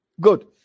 Good